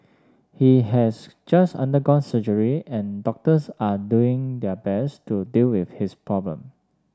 he has just undergone surgery and doctors are doing their best to deal with his problem